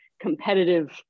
competitive